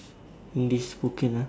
English spoken ah